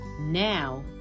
now